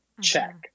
Check